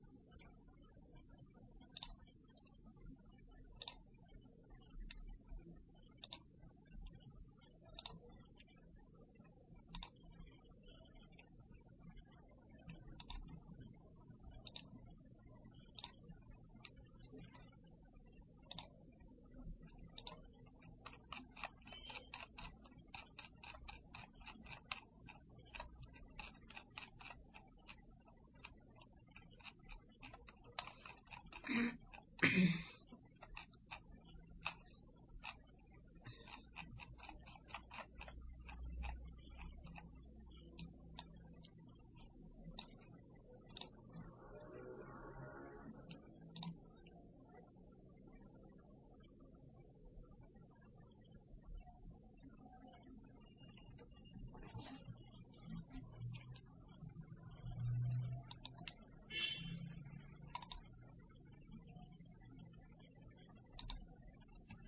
तो यह अंतिम व्याख्यान है और सबसे पहले मैं उन सभी प्रतिभागियों को धन्यवाद देना चाहता हूं जिन्होंने इस पाठ्यक्रम को धैर्यपूर्वक लिया और सभी असाइनमेंट किए और हमारे सभी व्याख्यान सुने और यहां स्पष्ट रूप से विभिन्न बोलियां और शब्दावली के साथ सामंजस्य बिठाया सैकड़ों नई बातें सीखी और हमारे साथ बातचीत भी कीI इसलिए आज मैं इस अवसर पर मैं और सुभज्योति समददर जिन्होंने वास्तव में इस कोर्स को एक बहुत ही फलदायी कोर्स बनाने में हमारा सहयोग किया है उनके सभी के साथ दिलचस्प उदाहरण स्पष्टीकरण इस पर सैद्धांतिक पीस जैसा कि आप जानते हैं इस सब ने कोर्स में बहुत समर्थन दीया